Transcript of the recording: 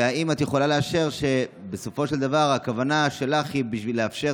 והאם את יכולה לאשר שבסופו של דבר הכוונה שלך היא בשביל לאפשר